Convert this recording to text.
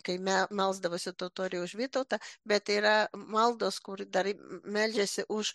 kai me melsdavosi totoriai už vytautą bet yra maldos kur dar meldžiasi už